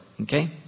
Okay